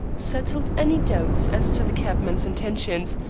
settled any doubts as to the cabman's intentions,